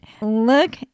look